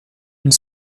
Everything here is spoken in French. une